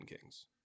Kings